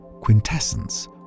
quintessence